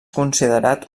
considerat